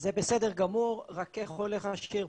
זה בסדר גמור, רק איך הולך השיר?